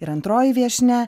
ir antroji viešnia